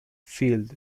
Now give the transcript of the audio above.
field